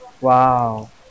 Wow